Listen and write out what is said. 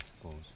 suppose